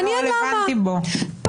מעניין למה.